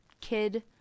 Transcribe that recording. kid